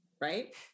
right